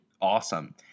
awesome